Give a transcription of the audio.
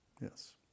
Yes